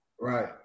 Right